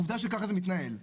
עובדה שככה זה מתנהל.